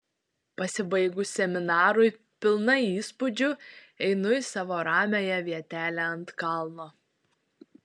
pasibaigus seminarui pilna įspūdžių einu į savo ramiąją vietelę ant kalno